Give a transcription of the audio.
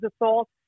assault